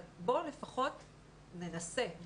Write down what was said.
אבל בואו לפחות ננסה.